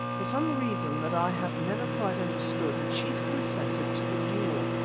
for some reason that i have never quite understood, the chief consented to the duel.